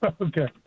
okay